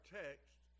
text